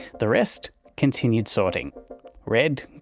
the rest continued sorting red,